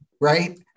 right